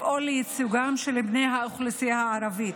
לפעול לייצוגם של בני האוכלוסייה הערבית,